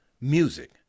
music